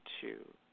two